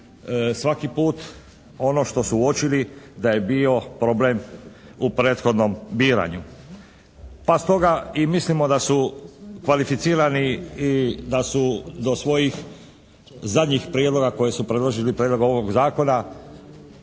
svaki puta ono što su uočili da je bio problem u prethodnom biranju. Pa stoga i mislimo da su kvalificirani i da su do svojih zadnjih prijedloga koje su predložili prijedlogom ovog zakona,